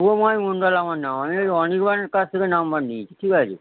শুভময় মন্ডল আমার নাম আমি ওই অনির্বাণের কাছ থেকে নাম্বার নিয়েছি ঠিক আছে